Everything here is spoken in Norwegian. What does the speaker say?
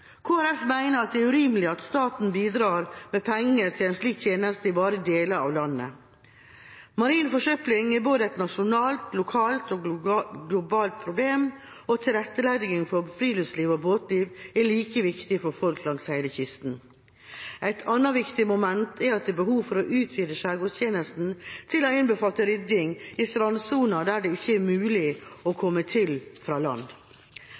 at det er urimelig at staten bidrar med penger til en slik tjeneste i bare deler av landet. Marin forsøpling er både et nasjonalt, lokalt og globalt problem, og tilrettelegging for friluftsliv og båtliv er like viktig for folk langs hele kysten. Et annet viktig moment er at det er behov for å utvide skjærgårdstjenesten til å innbefatte rydding i strandsonen der det ikke er mulig å komme til fra land.